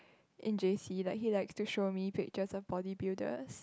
in J_C like he likes to show me pictures of bodybuilders